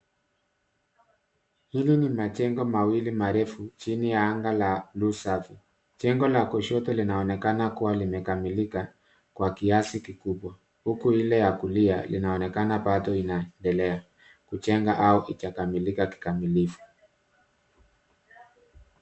Hili ni majengo mawili marefu, chini ya anga la blue safi. Jengo la kushoto linaonekana kuwa limekamilika kwa kiasi kikubwa, huku lile la kulia likionekana bado linaendelea kujengwa au halijakamilika kikamilifu.